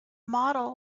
model